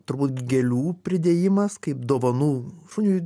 turbūt gėlių pridėjimas kaip dovanų šuniui